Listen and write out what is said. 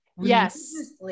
Yes